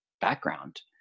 background